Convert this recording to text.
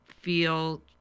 feel